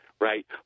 Right